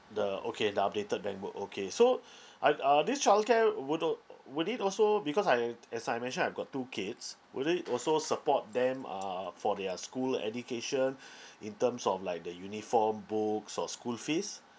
the okay the updated bank book okay so I've uh this childcare would dol~ would it also because I as I mentioned I've got two kids would it also support them uh for their school education in terms of like the uniform books or school fees